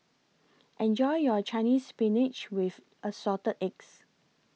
Enjoy your Chinese Spinach with Assorted Eggs